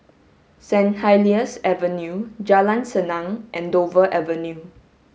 St Helier's Avenue Jalan Senang and Dover Avenue